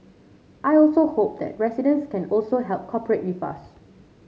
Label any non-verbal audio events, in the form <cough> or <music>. I also hope that residents can also help <unintelligible> with us